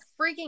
freaking